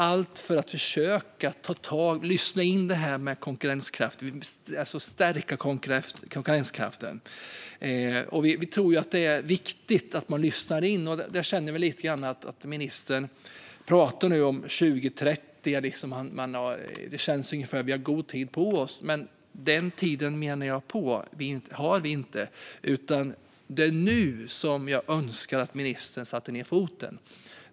Allt det har vi gjort för att försöka stärka konkurrenskraften. Vi tror att det är viktigt att lyssna in. Ministern talar om 2030. Det känns ungefär som att vi har god tid på oss. Men jag menar att vi inte har den tiden. Det är nu jag önskar att ministern sätter ned foten.